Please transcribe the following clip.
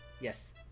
Yes